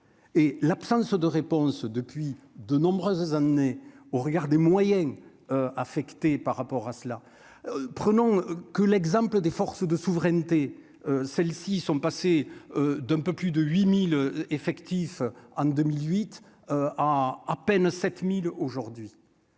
l'absence de réponse depuis de nombreuses années au regard des moyens affectés par rapport à cela, prenons que l'exemple des forces de souveraineté, celles-ci sont passées d'un peu plus de 8000 effectif en 2008 à à peine 7000 aujourd'hui.